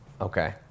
okay